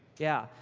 yeah.